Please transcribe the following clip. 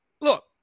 look